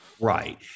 Right